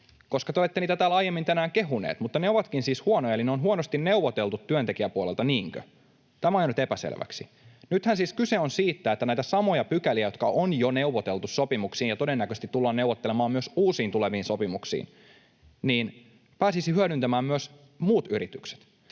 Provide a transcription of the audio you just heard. huonoja? Te olette niitä täällä aiemmin tänään kehuneet. Ne ovatkin siis huonoja, eli ne on huonosti neuvoteltu työntekijäpuolelta, niinkö? Tämä on jäänyt epäselväksi. Nythän siis kyse on siitä, että näitä samoja pykäliä, jotka on jo neuvoteltu sopimuksiin ja todennäköisesti tullaan neuvottelemaan myös uusiin tuleviin sopimuksiin, pääsisivät hyödyntämään myös muut yritykset.